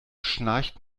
schnarcht